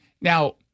Now